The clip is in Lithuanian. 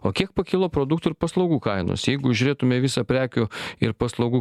o kiek pakilo produktų ir paslaugų kainos jeigu žiūrėtume į visą prekių ir paslaugų